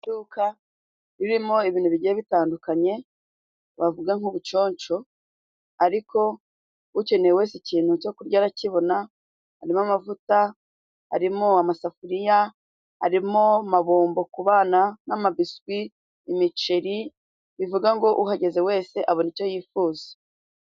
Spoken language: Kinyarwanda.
Iduka ririmo ibintu bigiye bitandukanye bavuga nk'ubuconco ariko ukeneye wese ikintu cyo kurya arakibona, hari mo amavuta hari mo amasafuriya hari mo n'amabombo ku bana n'amabiswi imiceri, bivuga ngo uhageze wese abona icyo yifuza.